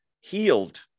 healed